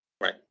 Right